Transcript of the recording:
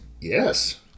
Yes